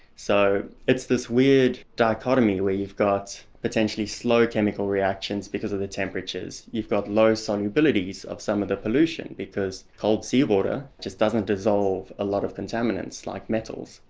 so it's this weird dichotomy where you've got potentially slow chemical reactions because of the temperatures, you've got low solubilities of some of the pollution because cold seawater just doesn't dissolve a lot of contaminants like metals.